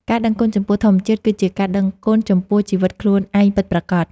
ការដឹងគុណចំពោះធម្មជាតិ គឺជាការដឹងគុណចំពោះជីវិតខ្លួនឯងពិតប្រាកដ។